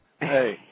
Hey